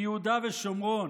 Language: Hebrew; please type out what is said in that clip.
ביהודה ושומרון,